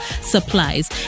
supplies